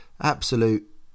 absolute